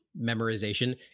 memorization